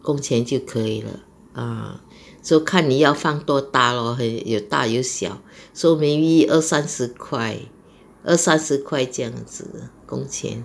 工钱就可以了 ah so 看你要放多大 lor 有大有小 so maybe 二三十块二三十块这样子工钱